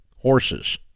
horses